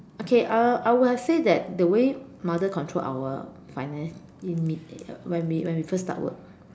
okay uh I would have say that the way mother control our finance in me when we when we first start work